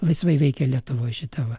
laisvai veikė lietuvoj šita va